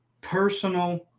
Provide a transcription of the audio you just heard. personal